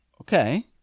Okay